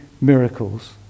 miracles